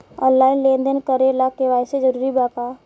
Online लेन देन करे ला के.वाइ.सी जरूरी बा का?